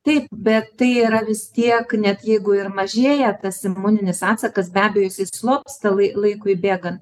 taip bet tai yra vis tiek net jeigu ir mažėja tas imuninis atsakas be abejo jis slopsta lai laikui bėgant